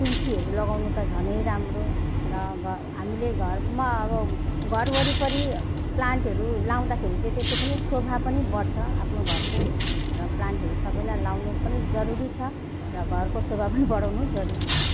तुलसीहरू लगाउनु त झनै राम्रो र घ हामीले घरमा अब घर वरिपरि प्लान्टहरू लगाउँदाखेरि चाहिँ त्यसै पनि शोभा पनि बढ्छ आफ्नो घरको र प्लान्टहरू सबैलाई लगाउनु पनि जरुरी छ र घरको शोभा पनि बढाउनु जरुरी छ